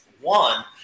one